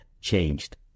changed